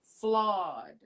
flawed